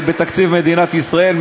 בתקציב מדינת ישראל,